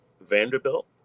Vanderbilt